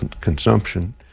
consumption